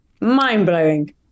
Mind-blowing